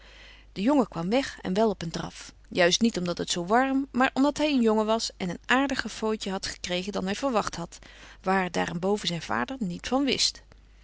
de jongen kwam weg en wel op een draf juist niet omdat het zoo warm maar omdat hij een jongen was en een aardiger fooitje had gekregen dan hij verwacht had waar daarenboven zijn vader niet van wist